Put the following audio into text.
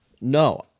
No